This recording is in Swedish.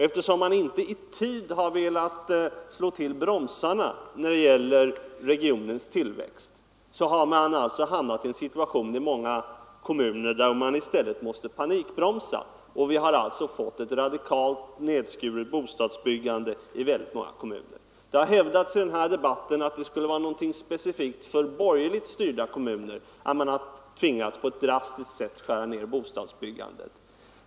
Eftersom man inte i tid velat slå till bromsarna när det gällt regionens tillväxt har man hamnat i en situation där man inom många kommuner nu måste panikbromsa. Därigenom har vi i många kommuner fått ett radikalt nedskuret bostadsbyggande. Det har i denna debatt hävdats att det är något specifikt för borgerligt styrda kommuner att man tvingats till att drastiskt skära ner bostadsbyggandet.